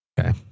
Okay